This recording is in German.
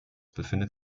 befindet